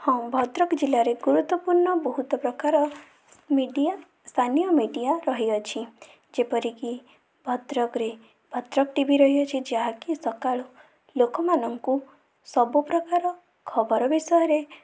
ହଁ ଭଦ୍ରକ ଜିଲ୍ଲାରେ ଗୁରୁତ୍ଵପୂର୍ଣ୍ଣ ବହୁତ ପ୍ରକାର ମିଡ଼ିଆ ସ୍ଥାନୀୟ ମିଡ଼ିଆ ରହିଅଛି ଯେପରିକି ଭଦ୍ରକରେ ଭଦ୍ରକ ଟିଭି ରହିଅଛି ଯାହାକି ସକାଳୁ ଲୋକମାନଙ୍କୁ ସବୁପ୍ରକାର ଖବର ବିଷୟରେ